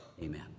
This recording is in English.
Amen